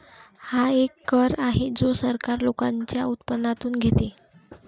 हा एक कर आहे जो सरकार लोकांच्या उत्पन्नातून घेते